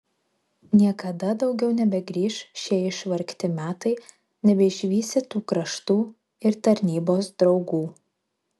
niekada daugiau nebegrįš šie išvargti metai nebeišvysi tų kraštų ir tarnybos draugų